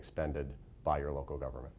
expended by your local government